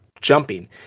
jumping